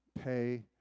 Pay